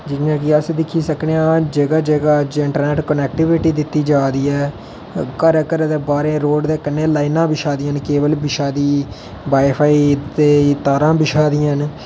जियां कि अस दिक्खी सकने आं जगह जगह इटंरनेट क्नेकटीविटी दिती जारदी ऐ घरे घरे दे बाहर रोड रोड दे कन्नै कन्नै लाइनां बिछा दियां ना केबल बिछा दी ऐ बाई फाई ते तारा बिछा दियां ना